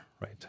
right